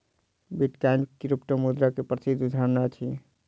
bitcoin क्रिप्टोमुद्रा के प्रसिद्ध उदहारण अछि